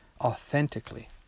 authentically